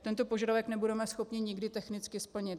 Tento požadavek nebudeme schopni nikdy technicky splnit.